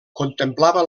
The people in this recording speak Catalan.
contemplava